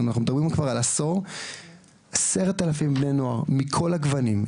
אנחנו מדברים כבר על עשור שכ-10,000 בני נוער מכל הגוונים,